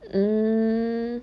mm